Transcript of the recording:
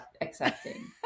accepting